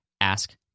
Ask